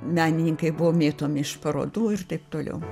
menininkai buvo mėtomi iš parodų ir taip toliau